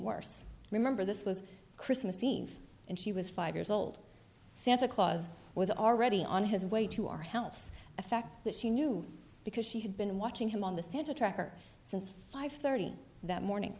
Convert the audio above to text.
worse remember this was christmas eve and she was five years old santa claus was already on his way to our hell it's a fact that she knew because she had been watching him on the santa tracker since five thirty that morning